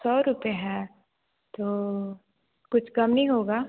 सौ रुपए है तो कुछ कम नहीं होगा